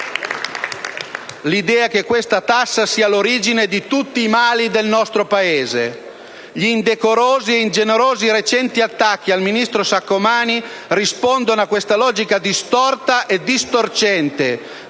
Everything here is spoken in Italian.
l'idea che questa tassa sia all'origine di tutti i mali del nostro Paese. *(Applausi dal Gruppo PD)*. Gli indecorosi e ingenerosi recenti attacchi al ministro Saccomanni rispondono a questa logica distorta e distorcente;